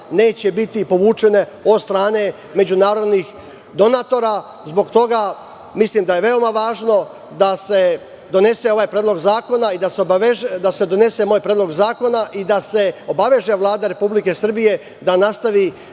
neće biti povučeno od strane međunarodnih donatora. Zbog toga mislim da je veoma važno da se donese ovaj Predlog zakona i da se donese moj predlog zakona i